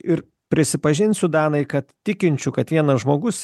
ir prisipažinsiu danai kad tikinčių kad vienas žmogus